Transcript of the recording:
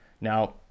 Now